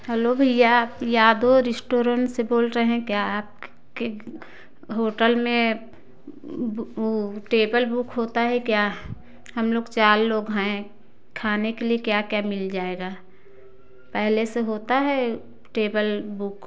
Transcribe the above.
hello भैया आप Yadav restaurant से बोल रहे हैं क्या आप के होटल में टेबल बुक होता है क्या हम लोग चार लोग हैं खाने के लिए क्या क्या मिल जाएगा पहले से होता है टेबल बुक